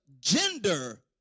gender